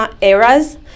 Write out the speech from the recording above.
eras